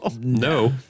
No